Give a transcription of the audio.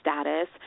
status